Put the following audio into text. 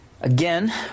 Again